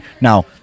Now